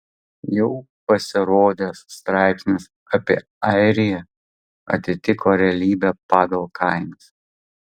jau pasirodęs straipsnis apie airiją atitiko realybę pagal kainas